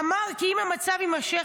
אמר כי אם המצב יימשך,